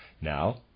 Now